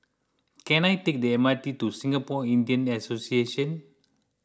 can I take the M R T to Singapore Indian Association